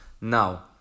Now